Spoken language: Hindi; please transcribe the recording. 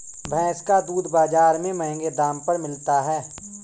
भैंस का दूध बाजार में महँगे दाम पर मिलता है